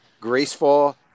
graceful